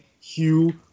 Hugh